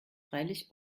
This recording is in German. freilich